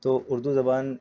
تو اُردو زبان